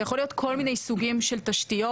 זה יכול להיות כל מיני סוגים של תשתיות,